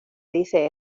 dice